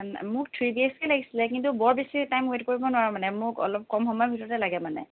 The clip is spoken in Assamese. মোক থ্ৰী বি এইছ কে লাগিছিলে কিন্তু বৰ বেছি টাইম ৱেইট কৰিব নোৱাৰোঁ মানে মোক অলপ কম সময়ৰ ভিতৰতে লাগে মানে